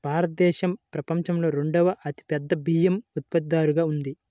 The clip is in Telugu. భారతదేశం ప్రపంచంలో రెండవ అతిపెద్ద బియ్యం ఉత్పత్తిదారుగా ఉంది